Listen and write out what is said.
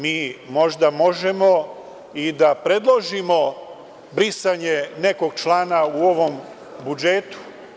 Mi možda možemo i da predložimo brisanje nekog člana u ovom budžetu.